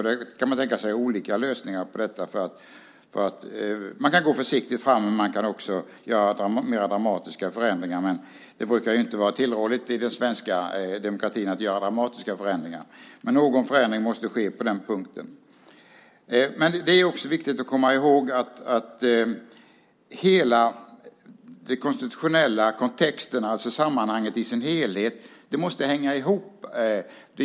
Man kan tänka sig olika lösningar på detta. Man kan gå försiktigt fram. Man kan också göra mer dramatiska förändringar, men det brukar inte vara tillrådigt att göra dramatiska förändringar i den svenska demokratin. Men någon förändring måste ske på den punkten. Det är också viktigt att komma ihåg att hela den konstitutionella kontexten, alltså sammanhanget i sin helhet, måste hänga ihop.